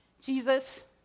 Jesus